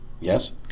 yes